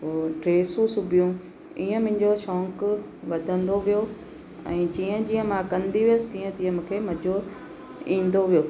पोइ ड्रेसूं सिबियूं ईअं मुंहिंजो शौक़ु वधंदो वियो ऐं जीअं जीअं मां कंदी वियसि तीअं तीअं मूंखे मज़ो ईंदो वियो